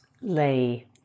lay